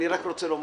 לומר